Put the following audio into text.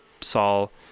Saul